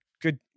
good